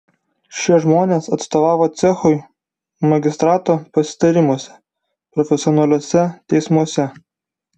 šie žmonės atstovavo cechui magistrato pasitarimuose profesionaliuose teismuose